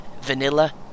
Vanilla